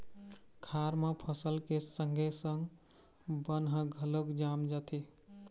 खार म फसल के संगे संग बन ह घलोक जाम जाथे